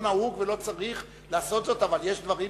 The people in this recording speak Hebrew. לא נהוג ולא צריך לעשות אותם, אבל יש דברים